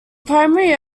primary